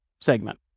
segment